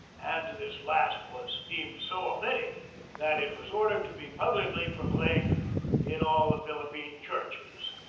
and this last was deemed so authentic that it was ordered to be publicly proclaimed in all the philippine churches.